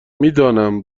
میدانم